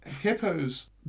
hippos